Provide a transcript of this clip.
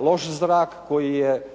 loš zrak koji je